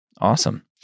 Awesome